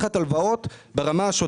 את כולנו, לקחת הלוואות ברמה שוטפת.